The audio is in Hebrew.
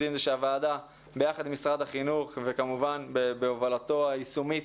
הוא שהוועדה יחד עם משרד החינוך וכמובן בהובלתו היישומית